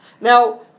Now